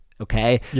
Okay